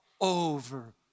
over